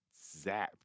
zapped